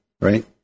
right